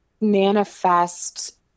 manifest